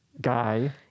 guy